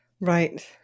Right